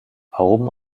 warum